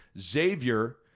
Xavier